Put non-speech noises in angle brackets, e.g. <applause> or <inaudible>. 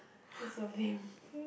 this is so lame <laughs>